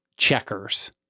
checkers